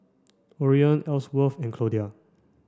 Orion Elsworth and Claudia